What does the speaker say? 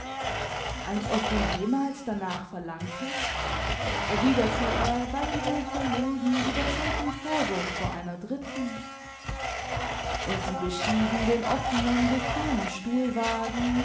als ob du jemals danach verlangtest erwiderte er beinahe verlegen über solchen vorwurf vor einer dritten und sie bestiegen den offenen bequemen stuhlwagen